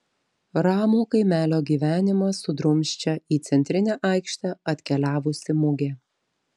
ramų kaimelio gyvenimą sudrumsčia į centrinę aikštę atkeliavusi mugė